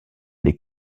les